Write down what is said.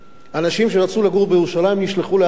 אנשים שרצו לגור בירושלים נשלחו לאשקלון